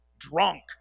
drunk